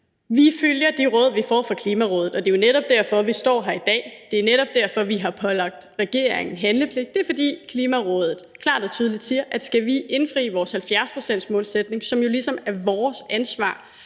Vi følger de råd, vi får fra Klimarådet, og det er jo netop derfor, vi står har i dag; det er netop derfor, vi har pålagt regeringen handlepligt – det er, fordi Klimarådet klart og tydeligt siger, at skal vi indfri vores 70-procentsmålsætning, som jo ligesom er vores ansvar